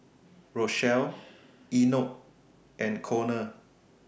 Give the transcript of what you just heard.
Rochelle Enoch and Konner